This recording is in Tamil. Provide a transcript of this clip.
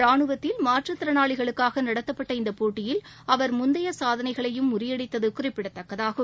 ராணுவத்தில் மாற்றுத்திறனாளிக்காக நடத்தப்பட்ட இந்த போட்டியில் அவர் முந்தைய சாதனைகளையும் முறியடித்தது குறிப்பிடத்தக்கதாகும்